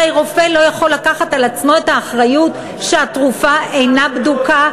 הרי רופא לא יכול לקחת על עצמו את האחריות שהתרופה אינה בדוקה,